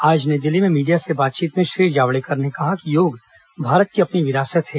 आज नई दिल्ली में मीडिया से बातचीत में श्री जावड़ेकर ने कहा कि योग भारत की अपनी विरासत है